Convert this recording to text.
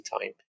time